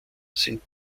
sind